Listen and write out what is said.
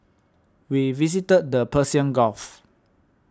we visited the Persian Gulf